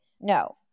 No